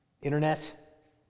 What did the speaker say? internet